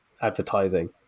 advertising